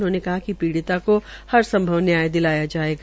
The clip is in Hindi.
उन्होंने कहा कि पीड़िता को हर संभव न्याय दिलाया जायेगा